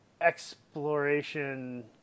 exploration